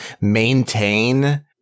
maintain